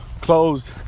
closed